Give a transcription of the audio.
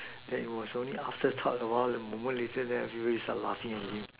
that was only after part awhile then everybody start laughing